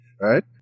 right